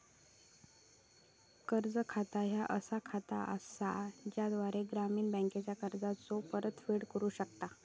कर्ज खाता ह्या असा खाता असा ज्याद्वारा ग्राहक बँकेचा कर्जाचो परतफेड करू शकता